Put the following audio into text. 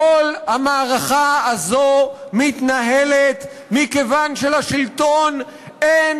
כל המערכה הזאת מתנהלת מכיוון שלשלטון אין